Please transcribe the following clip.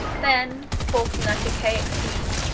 then, forth from that archaic sea,